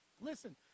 Listen